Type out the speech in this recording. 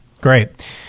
Great